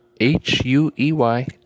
H-U-E-Y